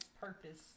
purpose